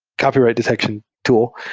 copyright detection tool.